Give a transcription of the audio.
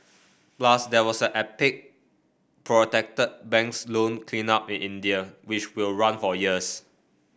plus there was a epic protected banks loan cleanup in India which will run for years